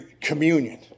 communion